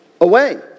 away